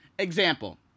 Example